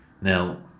Now